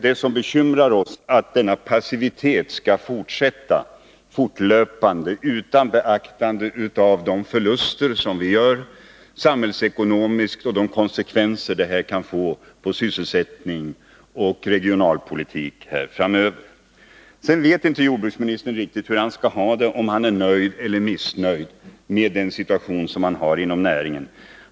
Det som bekymrar oss är att denna passivitet skall fortsätta utan beaktande av de förluster som vi gör samhällsekonomiskt och de konsekvenser som detta kan få för sysselsättning och regionalpolitik framöver. Jordbruksministern vet inte riktigt hur han skall ha det. Han vet inte om han är nöjd eller missnöjd med den situation som råder inom jordbruksnäringen.